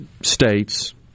states